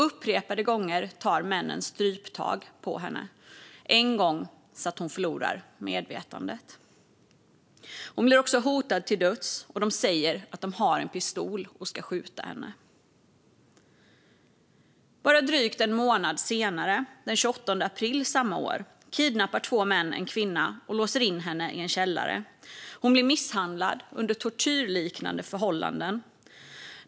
Upprepade gånger tar männen stryptag på henne, en gång så att hon förlorar medvetandet. Hon blir också hotad till döds. De säger att de har en pistol och ska skjuta henne. Bara drygt en månad senare, den 28 april samma år, kidnappar två män en kvinna och låser in henne i en källare. Hon blir misshandlad under tortyrliknande förhållanden.